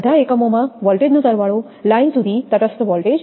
બધા એકમોમાં વોલ્ટેજનો સરવાળો લાઇન સુધી તટસ્થ વોલ્ટેજ છે